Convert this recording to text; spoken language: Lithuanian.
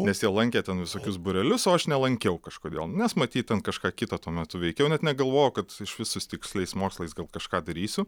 nes jie lankė ten visokius būrelius o aš nelankiau kažkodėl nes matyt ten kažką kito tuo metu veikiau net negalvojau kad iš vis su tiksliais mokslais gal kažką darysiu